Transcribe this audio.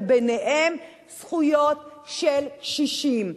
וביניהם זכויות של קשישים.